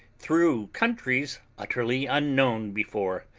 through countries utterly unknown before.